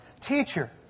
Teacher